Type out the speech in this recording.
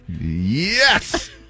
Yes